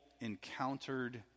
encountered